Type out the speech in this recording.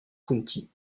county